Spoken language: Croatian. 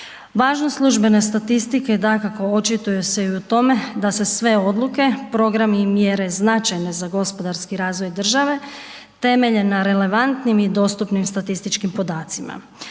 Važnost službene statistike dakako očituje se i u tome da se sve odluke, programi i mjere značajne za gospodarski razvoj države temelje na relevantnim i dostupnim statističkim podacima.